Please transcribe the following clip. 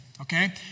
Okay